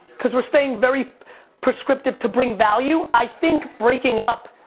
cause we're staying very prescriptive to bring value. i think breaking up,